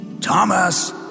Thomas